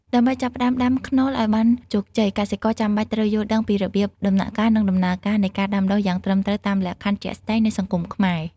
ដើម្បីចាប់ផ្តើមដាំខ្នុរឲ្យបានជោគជ័យ កសិករចាំបាច់ត្រូវយល់ដឹងពីរបៀប ដំណាក់កាល និងដំណើរការនៃការដាំដុះយ៉ាងត្រឹមត្រូវតាមលក្ខខណ្ឌជាក់ស្តែងនៃសង្គមខ្មែរ។